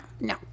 no